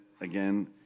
again